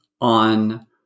on